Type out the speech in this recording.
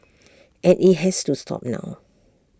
and IT has to stop now